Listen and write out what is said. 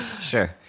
sure